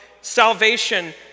salvation